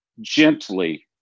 gently